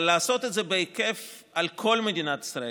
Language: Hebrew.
אבל לעשות את זה בכל מדינת ישראל,